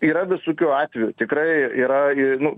yra visokių atvejų tikrai yra i nu